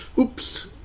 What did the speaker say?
oops